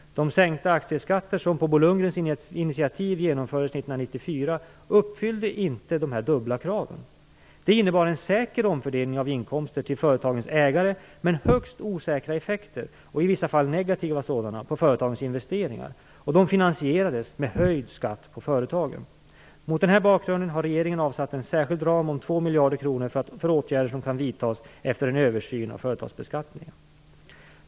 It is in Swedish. De sänkta aktieskatter som på Bo Lundgrens initiativ genomfördes 1994 uppfyllde inte dessa dubbla krav. De innebar en säker omfördelning av inkomster till företagens ägare men högst osäkra effekter, och i vissa fall negativa sådana, på företagens investeringar och de finansierades med höjd skatt för företagen. Mot denna bakgrund har regeringen avsatt en särskild ram om 2 miljarder kronor för åtgärder som kan vidtas efter en översyn av företagsbeskattningen.